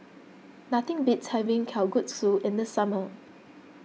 nothing beats having Kalguksu in the summer